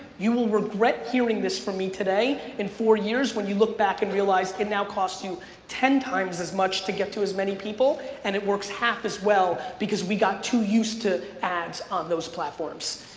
you will regret regret hearing this for me today in four years when you look back and realize it now cost you ten times as much to get to as many people and it works half as well because we got too used to ads on those platforms.